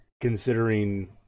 Considering